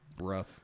rough